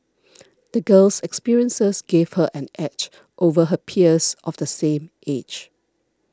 the girl's experiences gave her an edge over her peers of the same age